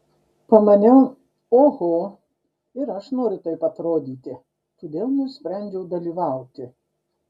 pamaniau oho ir aš noriu taip atrodyti todėl nusprendžiau dalyvauti